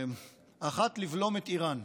האחת, לבלום את איראן.